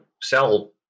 sell